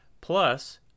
plus